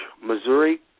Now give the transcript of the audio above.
Missouri